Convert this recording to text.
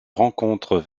rencontre